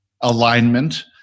alignment